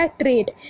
trade